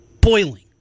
boiling